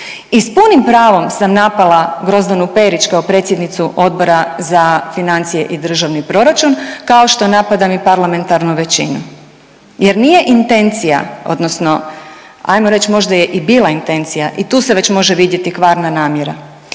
i s punim pravom sam napala Grozdanu Perić kao predsjednici Odbora za financije i državni proračun, kao što napadam i parlamentarnu većinu jer nije intencija odnosno, ajmo reći, možda je i bila intencija i tu se već može vidjeti kvarna namjera,